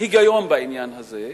היגיון בעניין הזה,